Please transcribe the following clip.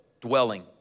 dwelling